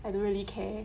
I don't really care